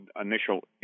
initial